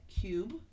Cube